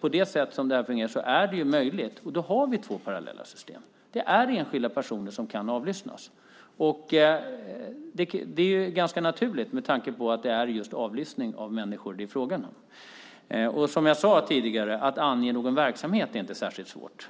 På det sätt som det här fungerar så är det möjligt, och då har vi två parallella system. Det är enskilda personer som kan avlyssnas. Det är ganska naturligt med tanke på att det är just avlyssning av människor det är fråga om. Som jag sade tidigare: Att ange någon verksamhet är inte särskilt svårt.